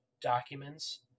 documents